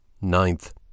Ninth